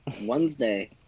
Wednesday